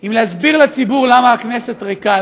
עם להסביר לציבור למה הכנסת ריקה,